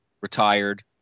retired